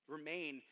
Remain